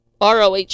ROH